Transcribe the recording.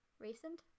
recent